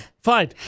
fine